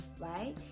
right